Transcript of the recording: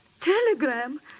Telegram